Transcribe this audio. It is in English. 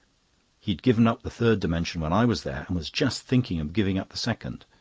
he'd given up the third dimension when i was there and was just thinking of giving up the second.